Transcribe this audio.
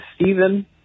Stephen